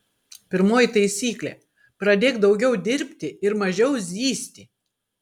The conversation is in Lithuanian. pirmoji taisyklė pradėk daugiau dirbti ir mažiau zyzti